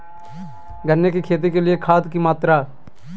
गन्ने की खेती के लिए खाद की मात्रा?